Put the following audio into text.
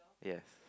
yes